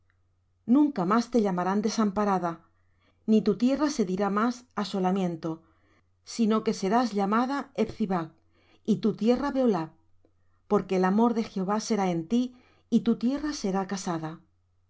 nunca más te llamarán desamparada ni tu tierra se dirá más asolamiento sino que serás llamada hephzibah y tu tierra beulah porque el amor de jehová será en ti y tu tierra será casada